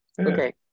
Okay